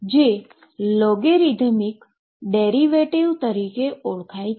જે logarithmic derivative તરીકે ઓળખાય છે